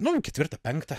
nu ketvirtą penktą